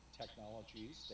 technologies